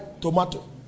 tomato